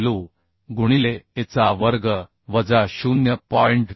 5w गुणिले a चा वर्ग वजा 0